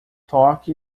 toque